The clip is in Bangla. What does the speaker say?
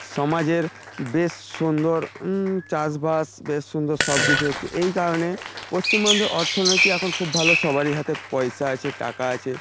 সমাজের বেশ সুন্দর চাষবাস বেশ সুন্দর সব কিছু হচ্ছে এই কারণে পশ্চিমবঙ্গের অর্থনৈতিক এখন খুব ভালো সবারই হাতে পয়সা আছে টাকা আছে